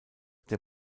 der